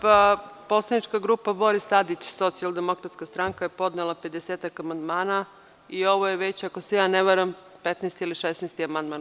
Pa, poslanička grupa Boris Tadić - Socijaldemokratska stranka je podnela pedesetak amandmana i ovo je već, ako se ja ne varam 15. ili 16. amandman.